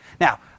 Now